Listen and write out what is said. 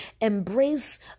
embrace